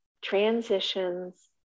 transitions